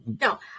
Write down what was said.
No